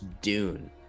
Dune